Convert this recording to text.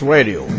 Radio